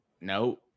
no